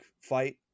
fight